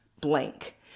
blank